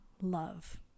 love